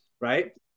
right